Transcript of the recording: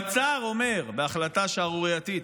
פצ"ר אומר, בהחלטה שערורייתית,